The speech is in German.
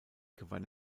gewann